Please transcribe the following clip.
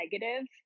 negative